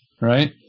right